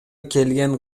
келген